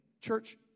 church